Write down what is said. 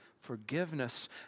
forgiveness